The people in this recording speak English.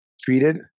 treated